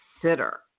consider